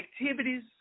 activities